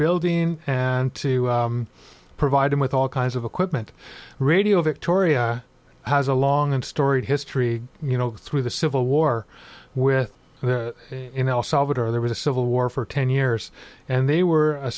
building and to provide them with all kinds of equipment radio victoria has a long and storied history you know through the civil war with in el salvador there was a civil war for ten years and they were a